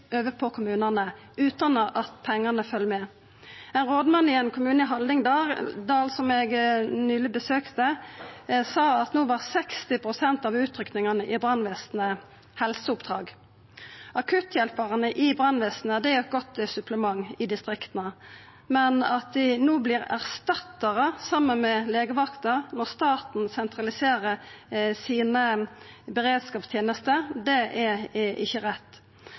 over på kommunane utan at pengane følgjer med. Ein rådmann i ein kommune i Hallingdal som eg nyleg besøkte, sa at no var 60 pst. av utrykkingane i brannvesenet helseoppdrag. Akutthjelparane i brannvesenet er eit godt supplement i distrikta, men at dei no vert erstattarar saman med legevakta når staten sentraliserer beredskapstenestene sine, er ikkje rett.